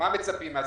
מה מצפים מהסייעות?